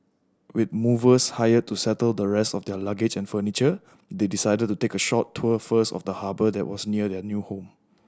with movers hired to settle the rest of their luggage and furniture they decided to take a short tour first of the harbour that was near their new home